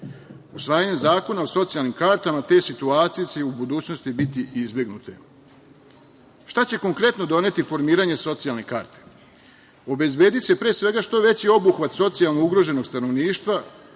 Usvajanjem zakona o socijalnim kartama te situacije će u budućnosti biti izbegnute. Šta će konkretno doneti formiranje socijalne karte? Obezbediće što veći obuhvat socijalno ugroženog stanovništva